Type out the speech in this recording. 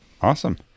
awesome